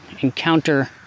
encounter